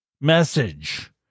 Message